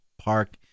Park